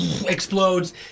explodes